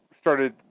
started